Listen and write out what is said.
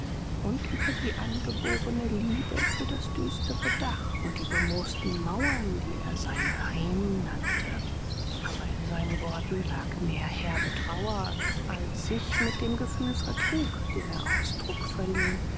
und über die angeborene liebe für das düstere dach und die bemoosten mauern die er sein heim nannte aber in seinen worten lag mehr herbe trauer als sich mit dem gefühl vertrug dem er ausdruck verlieh